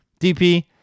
DP